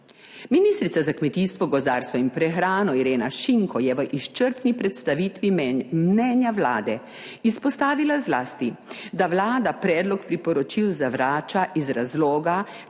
Ministrica za kmetijstvo, gozdarstvo in prehrano, Irena Šinko, je v izčrpni predstavitvi mnenja Vlade izpostavila zlasti, da Vlada predlog priporočil zavrača iz razloga,